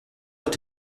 est